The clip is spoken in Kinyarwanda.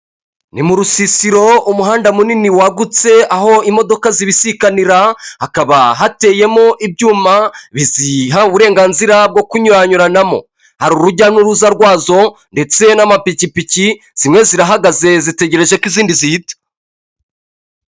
Ni mu rusisiro umuhanda munini wagutse aho imodoka zibisikanira hakaba hateyemowo ibyuma biziha uburenganzira bwo kunnyuyuranamo hari urujya n'uruza rwazo ndetse n'amapikipiki zimwe zirahagaze zitegereje ko izindi zita.